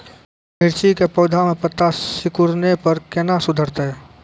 मिर्ची के पौघा मे पत्ता सिकुड़ने पर कैना सुधरतै?